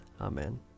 Amen